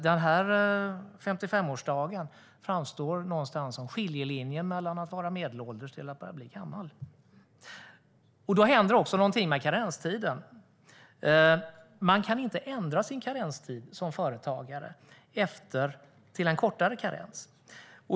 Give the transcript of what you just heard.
Denna 55-årsdag framstår någonstans som en skiljelinje mellan att vara medelålders och att bli gammal. Då händer också någonting med karenstiden. Man kan som företagare inte ändra sin karenstid till en kortare.